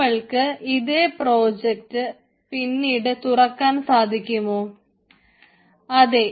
നമ്മൾക്ക് ഇതേ പ്രൊജക്റ്റ് പിന്നീട് തുറക്കാൻ സാധിക്കുമോ അതെ